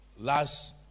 Last